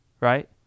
right